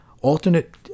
Alternate